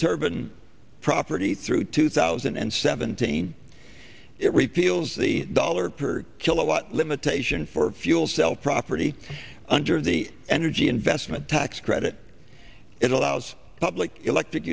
turban property through two thousand and seventeen it repeals the dollar per kilowatt limitation for fuel cell property under the energy investment tax credit it allows public electric